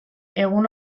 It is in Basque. egun